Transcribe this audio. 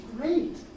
great